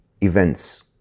events